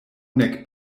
nek